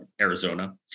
Arizona